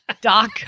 Doc